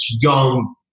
young